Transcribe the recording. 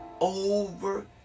over